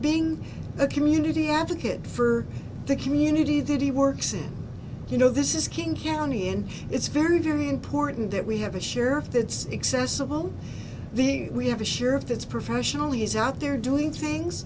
being a community advocate for the community that he works in you know this is king county and it's very very important that we have a sheriff that's accessible the we have a sure of this professionally is out there doing things